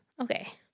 Okay